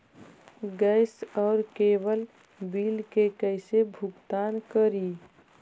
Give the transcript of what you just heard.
Gas और cable bill के कैसे भुगतान करी?